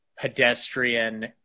pedestrian